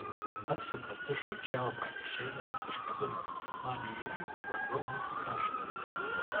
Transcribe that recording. atsuka dušo čiaupą išeidamas iš kabinos kad man įėjus vanduo būtų karštas